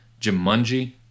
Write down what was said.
Jumanji